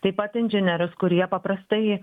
taip pat inžinierius kurie paprastai